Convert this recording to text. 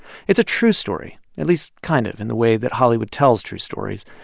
it's a true story, at least kind of in the way that hollywood tells true stories.